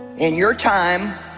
in your time